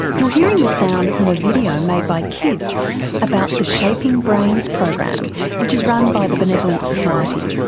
you're hearing the sound from a video made by kids about the shaping brains program which is run by the benevolent society.